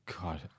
God